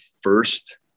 first